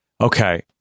Okay